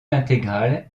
intégral